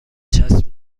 چسب